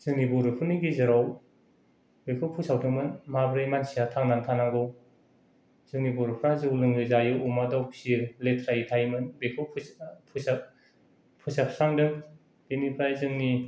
जोंनि बर'फोरनि गेजेराव बेखौ फोसावदोंमोन माब्रै मानसिया थांनानै थानांगौ जोंनि बर'फ्रा जौ लोङै जायो अमा दाव फियो लेथ्रायै थायोमोन बेखौ फोसाबस्रांदों बेनिफ्राय जोंनि